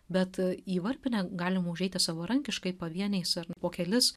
bet į varpinę galima užeiti savarankiškai pavieniais ar po kelis